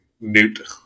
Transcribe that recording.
Newt